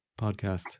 podcast